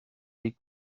les